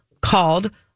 called